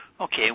okay